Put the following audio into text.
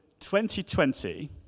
2020